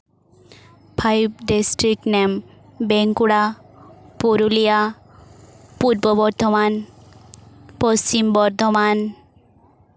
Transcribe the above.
five district name Bankura Purulia Purba Bardhaman Paschim Bardhaman